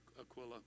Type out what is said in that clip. Aquila